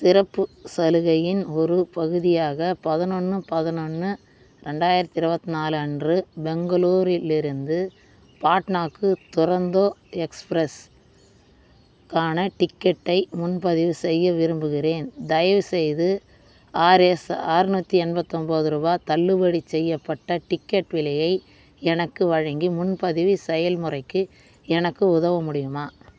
சிறப்புச் சலுகையின் ஒரு பகுதியாக பதினொன்று பதினொன்று ரெண்டாயிரத்தி இருபத்தி நாலு அன்று பெங்களூரிலிருந்து பாட்னாக்கு துரந்தோ எக்ஸ்ப்ரஸுக்கான டிக்கெட்டை முன்பதிவு செய்ய விரும்புகிறேன் தயவு செய்து ஆர்எஸ் ஆற்நூற்றி எண்பத்தொம்போது ரூபாய் தள்ளுபடி செய்யப்பட்ட டிக்கெட் விலையை எனக்கு வழங்கி முன்பதிவு செயல்முறைக்கு எனக்கு உதவ முடியுமா